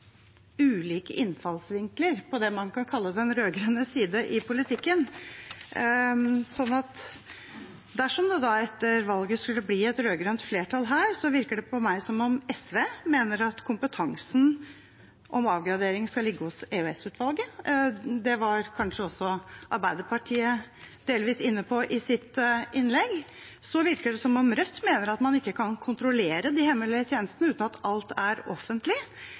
ulike innfallsvinkler på det man kan kalle den rød-grønne side i politikken. Dersom det etter valget skulle bli et rød-grønt flertall, virker det på meg som om SV mener at kompetansen om avgradering skal ligge hos EOS-utvalget. Det var kanskje også Arbeiderpartiet delvis inne på i sitt innlegg. Så virker det som om Rødt mener man ikke kan kontrollere de hemmelige tjenestene uten at alt er offentlig,